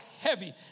heavy